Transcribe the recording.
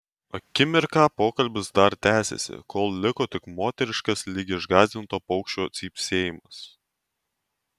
akimirką pokalbis dar tęsėsi kol liko tik moteriškas lyg išgąsdinto paukščio cypsėjimas